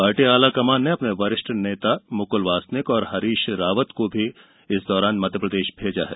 party आलाकमान ने अपने वरिष्ठ नेता मुकुल वासनिक और हरिश रावत को भी इस दौरान मध्यप्रदेश भेजा है